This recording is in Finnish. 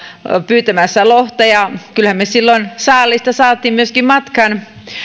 pyytämässä lohta ja kyllähän me silloin saalista saimme myöskin matkaan